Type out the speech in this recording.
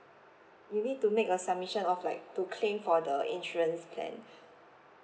you need to make a submission of like to claim for the insurance plan